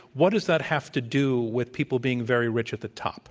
what does that have to do with people being very rich at the top